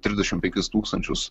trisdešimt penkis tūkstančius